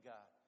God